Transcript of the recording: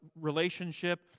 relationship